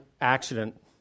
accident